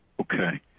Okay